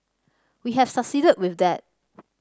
we have succeeded with that